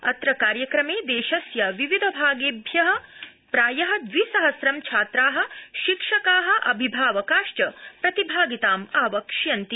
अत्र कार्यक्रमे देशस्य विविध भागेभ्य प्राय द्वि सहस्र छात्रा शिक्षका अभिभावकाश्च प्रतिभागितां आवक्ष्यन्ति